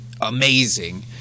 amazing